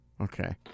okay